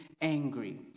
angry